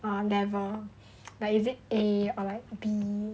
ah level or like is it A or like B